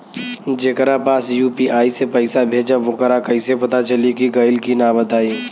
जेकरा पास यू.पी.आई से पईसा भेजब वोकरा कईसे पता चली कि गइल की ना बताई?